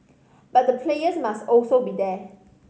but the players must also be there